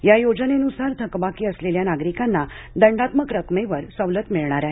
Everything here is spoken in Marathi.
या योजनेनुसार थकबाकी असलेल्या नागरिकांना दंडात्मक रकमेवर सवलत मिळणार आहे